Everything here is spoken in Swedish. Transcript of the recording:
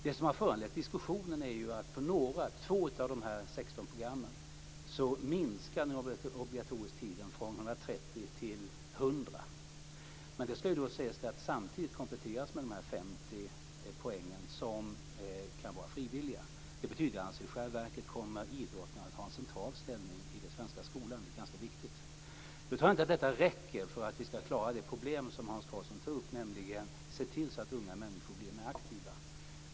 Det som har föranlett diskussionen är att på 2 av de 16 programmen minskar den obligatoriska delen från 130 till 100. Detta ska dock ses mot den frivilliga kompletteringen med 50 poäng. Det betyder i själva verket att idrotten kommer att ha en central ställning i den svenska skolan, vilket är ganska viktigt. Nu tror jag inte att detta räcker för att vi ska klara den uppgift som Hans Karlsson tar upp, nämligen att se till att unga människor blir mer aktiva.